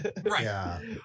Right